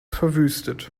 verwüstet